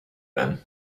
been